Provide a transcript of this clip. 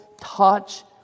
touch